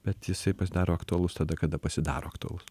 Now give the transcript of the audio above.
bet jisai pasidaro aktualus tada kada pasidaro aktualus